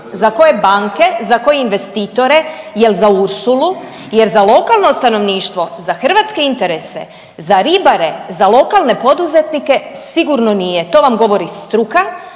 Za koje banke, za koje investitore? Jel za Ursulu? Jer za lokalno stanovništvo, za hrvatske interese, za ribare, za lokalne poduzetnike sigurno nije. To vam govori struka,